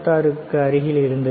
86 க்கு அருகில் இருந்தது